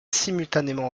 simultanément